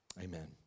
Amen